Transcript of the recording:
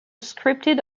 scripted